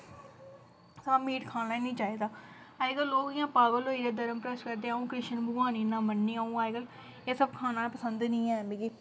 सवां मीट खाना ही नेईं चाहिदा अजकल्ल लोक इ'यां पागल होई गेदे धर्म भरशट करदे अ'ऊं कृष्ण भगवान गी इन्ना मननी आं अ'ऊं अजकल्ल एह् सब खाना पसंद नेईं ऐ मिगी